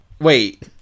Wait